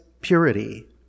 purity